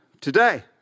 today